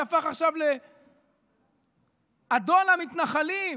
שהפך עכשיו לאדון המתנחלים.